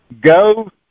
Go